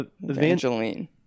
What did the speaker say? Evangeline